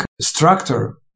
structure